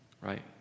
right